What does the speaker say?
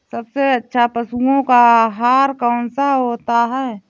सबसे अच्छा पशुओं का आहार कौन सा होता है?